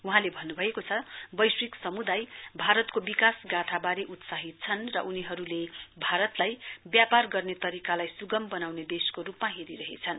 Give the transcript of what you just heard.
वहौँले भन्नुभएको छ वैश्विक समुदाय भारतको विकासगाथावारे उत्साहित छन् र उनीहरुले भारतलाई व्यापार गर्ने तरीकालाई सुगम बनाउने देशको रुपमा हेरिरहेछन्